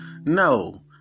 No